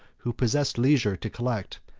who possessed leisure to collect,